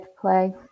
play